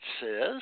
says